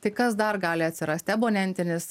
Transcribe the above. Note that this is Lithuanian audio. tai kas dar gali atsirasti abonentinis